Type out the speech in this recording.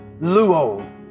Luo